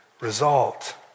result